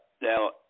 Now